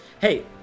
Hey